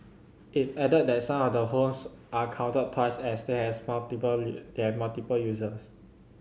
it added that some of the homes are counted twice as they has multiple their multiple uses